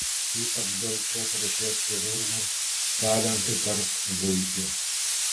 ypač daug šios rūšies chirurgų talentų tarp zuikių